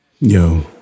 Yo